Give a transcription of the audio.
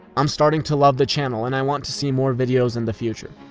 i'm starting to love the channel, and i want to see more videos in the future.